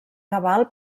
cabal